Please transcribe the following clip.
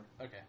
Okay